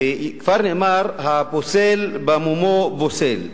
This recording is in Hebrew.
וכבר נאמר: הפוסל במומו פוסל.